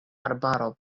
arbaro